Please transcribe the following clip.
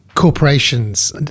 corporations